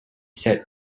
set